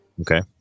Okay